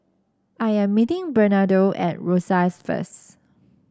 I am meeting Bernardo at Rosyth first